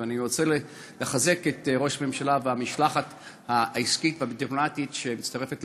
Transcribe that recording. ואני רוצה לחזק את ראש הממשלה והמשלחת העסקית והדיפלומטית שמצטרפת,